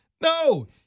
No